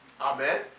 Amen